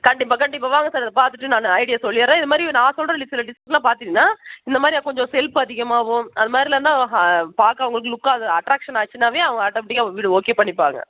கண்டிப்பாக கண்டிப்பாக வாங்கள் சார் அதை பார்த்துட்டு நான் ஐடியா சொல்லிறேன் இதுமாதிரி நான் சொல்கிற ஒரு சில லிஸ்டில் பார்த்தீங்கன்னா இந்தமாதிரி கொஞ்சம் செல்ஃப் அதிகமாகவும் அதுமாதிரி இல்லைன்னா பார்க்க உங்களுக்கு லுக்காக அட்ராக்ஷன் ஆச்சுனாவே அவங்க ஆட்டோமேட்டிக்காக வீடு ஓகே பண்ணிப்பாங்க